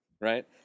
right